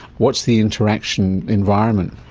what's the interaction environment?